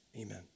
Amen